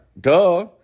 Duh